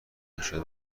نشده